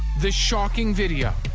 the shocking video.